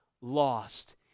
lost